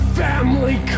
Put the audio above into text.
family